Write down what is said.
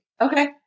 Okay